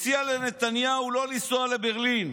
הוא מציע לנתניהו לא לנסוע לברלין,